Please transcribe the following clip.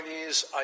Chinese